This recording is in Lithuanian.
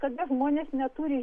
kada žmonės neturi